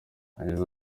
yagize